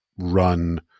Run